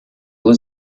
was